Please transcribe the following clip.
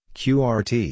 qrt